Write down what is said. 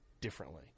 differently